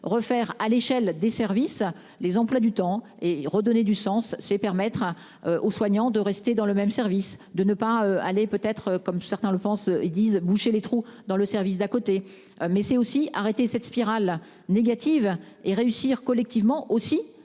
refaire à l'échelle des services les emplois du temps et redonner du sens c'est permettra. Aux soignants de rester dans le même service de ne pas aller peut-être comme certains le pensent ils disent boucher les trous dans le service d'à côté mais c'est aussi arrêter cette spirale négative et réussir collectivement aussi